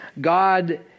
God